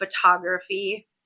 photography